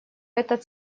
этот